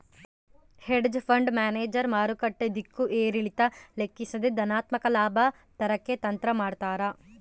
hedge fund manager ಮಾರುಕಟ್ಟೆ ದಿಕ್ಕು ಏರಿಳಿತ ಲೆಕ್ಕಿಸದೆ ಧನಾತ್ಮಕ ಲಾಭ ತರಕ್ಕೆ ತಂತ್ರ ಮಾಡ್ತಾರ